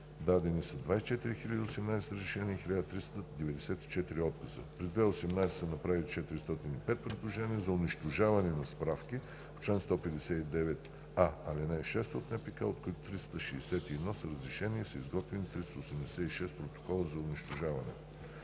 дадени 24 018 разрешения и 1394 отказа. През 2018 г. са направени 405 предложения за унищожаване на справки по чл. 159а, ал. 6 от НПК, от които 361 са разрешени и са изготвени 386 протокола за унищожаване.